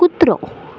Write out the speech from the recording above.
कुत्रो